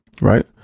Right